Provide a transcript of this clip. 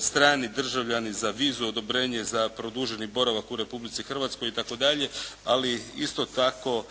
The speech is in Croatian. strani državljani za vizu odobrenje, za produženi boravak u Republici Hrvatskoj itd. Ali isto tako